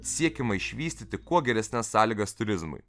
siekiama išvystyti kuo geresnes sąlygas turizmui